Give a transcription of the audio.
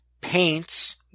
paints